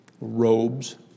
robes